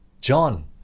John